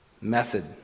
Method